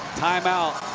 time-out.